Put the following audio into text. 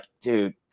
dude